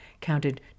counted